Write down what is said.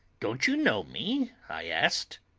don't you know me? i asked.